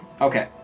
Okay